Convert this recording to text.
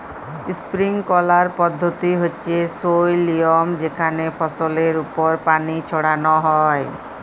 sprinkler পদ্ধতি হচ্যে সই লিয়ম যেখানে ফসলের ওপর পানি ছড়ান হয়